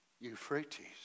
Euphrates